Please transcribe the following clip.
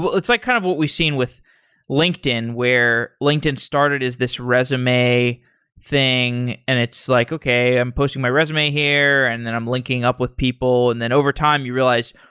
it's like kind of what we've seen with linkedin, where linkedin started as this resume thing and it's like, okay, i'm posting my resume here and then i'm linking up with people, and then overtime you realize,